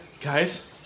Guys